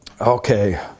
Okay